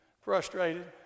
frustrated